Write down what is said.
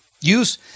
Use